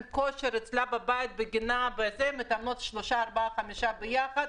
כושר ומתאמנות בקבוצה של שלוש-חמש יחד,